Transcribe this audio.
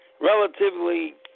relatively